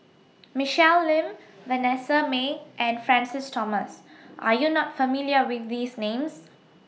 Michelle Lim Vanessa Mae and Francis Thomas Are YOU not familiar with These Names